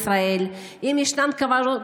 האם נשלחה כבודה לישראל,